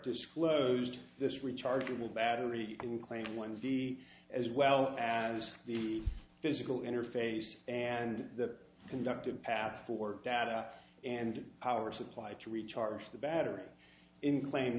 disclosed this rechargeable battery can claim one d as well as the physical interface and the conductive path for data and power supply to recharge the batteries in cla